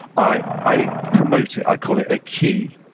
i i promote it. i call it a key.